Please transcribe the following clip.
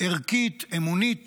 ערכית אמונית